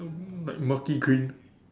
like murky green